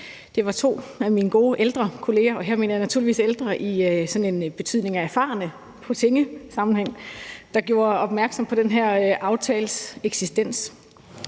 Det var to af mine gode ældre kolleger – her mener jeg naturligvis ældre i betydningen erfarne ifolketingssammenhæng – der gjorde opmærksom på den her aftales eksistens.